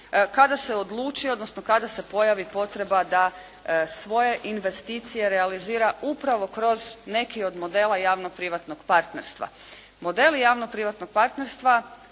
kada se odluči, odnosno kada se pojavi potreba da svoje investicije realizira upravo kroz neki od modela javno-privatnog partnerstva.